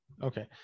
Okay